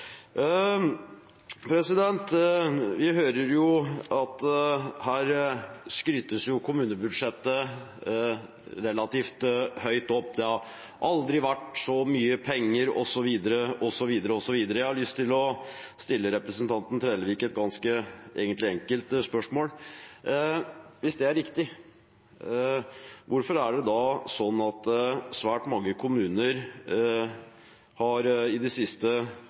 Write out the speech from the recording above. Vi hører her at kommunebudsjettet skrytes relativt høyt opp. Det har aldri vært så mye penger osv., osv. Jeg har lyst til å stille representanten Trellevik et ganske enkelt spørsmål, egentlig. Hvis det riktig, hvorfor er det da sånn at svært mange kommuner i de siste